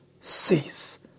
cease